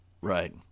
Right